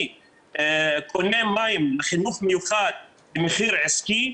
אני קונה מים לחינוך מיוחד במחיר עסקי.